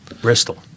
Bristol